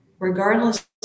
regardless